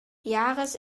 jahres